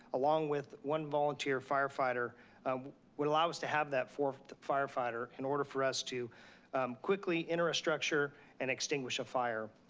along with one volunteer firefighter would allow us to have that fourth firefighter in order for us to quickly enter a structure and extinguish a fire,